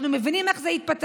אנחנו מבינים איך זה יתפתח,